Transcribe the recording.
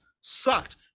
sucked